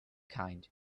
kind